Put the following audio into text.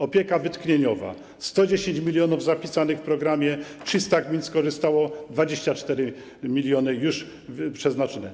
Opieka wytchnieniowa - 110 mln zapisanych w programie, 300 gmin skorzystało, 24 mln już przeznaczone.